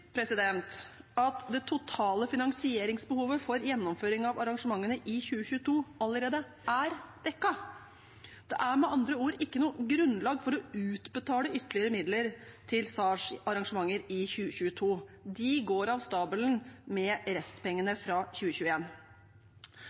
at det totale finansieringsbehovet for gjennomføring av arrangementene i 2022 allerede er dekket. Det er med andre ord ikke noe grunnlag for å utbetale ytterligere midler til SAHRs arrangementer i 2022. De går av stabelen med restpengene fra